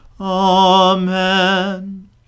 Amen